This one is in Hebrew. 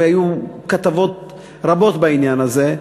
והיו כתבות רבות בעניין הזה,